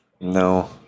No